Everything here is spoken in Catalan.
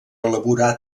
elaborar